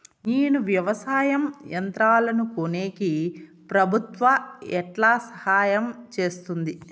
నేను వ్యవసాయం యంత్రాలను కొనేకి ప్రభుత్వ ఎట్లా సహాయం చేస్తుంది?